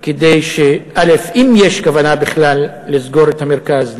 כדי שאם יש כוונה בכלל לסגור את המרכז,